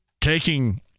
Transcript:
taking